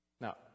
Now